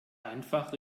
einfach